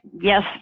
yes